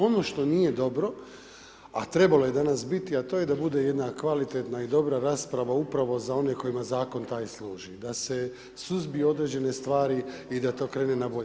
Ono što nije dobro a trebalo je danas biti, a to je da bude jedna kvalitetna i dobra rasprava upravo za one kojima zakon taj služi da se suzbiju određene stvari i da to krene na bolje.